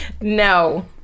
No